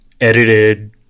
edited